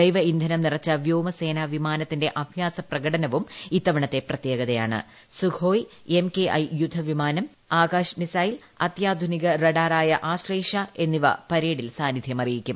ജൈവ ഇന്ധനം നിറച്ച വ്യോമസേനാ വിമാനത്തിന്റെ അഭ്യാസപ്രകടനവും ഇത്തവണത്തെ പ്രത്യേകതയാണ് സുഖോയ് എംകെഐ യുദ്ധവിമാനം ആകാശ് മിസൈൽ അത്യാധുനിക റഡാറായ ആശ്ലേഷ എന്നിവ പരേഡിൽ സാന്നിധ്യമറിയിക്കും